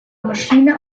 maschine